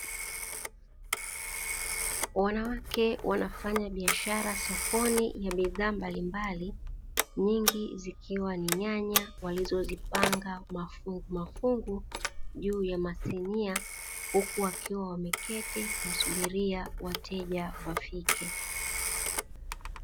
Wanawake wanafanya biashara sokoni ya bidhaa mbalimbali nyingi zikiwa ni nyanya walizozipanga mafungumafungu juu ya masinia, huku wakiwa wameketi wasubiria wateja wafike.